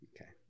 Okay